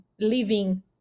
living